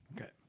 Okay